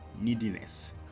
neediness